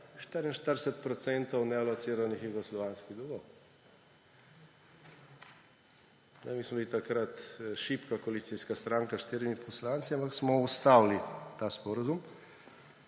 44 % nealociranih jugoslovanskih dolgov. Mi smo bili takrat šibka koalicijska stranka s štirimi poslanci, ampak smo ustavili ta sporazum,